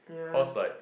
yeah